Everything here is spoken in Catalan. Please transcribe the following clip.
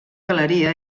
galeria